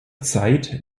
zeit